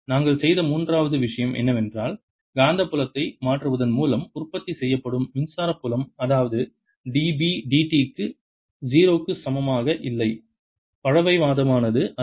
நாங்கள் செய்த மூன்றாவது விஷயம் என்னவென்றால் காந்தப்புலத்தை மாற்றுவதன் மூலம் உற்பத்தி செய்யப்படும் மின்சார புலம் அதாவது dB dt 0 க்கு சமமாக இல்லை பழமைவாதமானது அல்ல